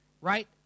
Right